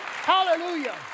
hallelujah